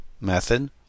method